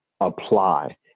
apply